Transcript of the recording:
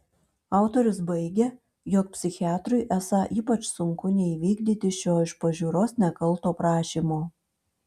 autorius baigia jog psichiatrui esą ypač sunku neįvykdyti šio iš pažiūros nekalto prašymo